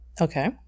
Okay